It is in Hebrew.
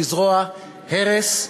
לזרוע הרס,